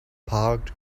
parked